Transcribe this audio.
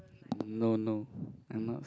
no no I'm not